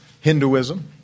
Hinduism